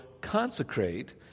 consecrate